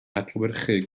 adlewyrchu